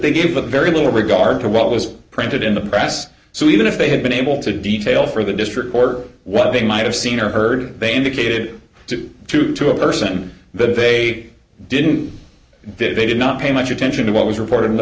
they give a very little regard to what was printed in the press so even if they had been able to detail for the district court what they might have seen or heard they indicated to true to a person that they didn't that they did not pay much attention to what was reported in the